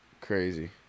Crazy